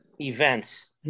events